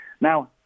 Now